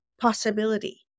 possibility